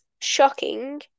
shocking